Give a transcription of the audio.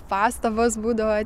pastabos būdavo